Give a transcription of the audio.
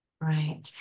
Right